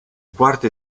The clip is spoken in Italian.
quarti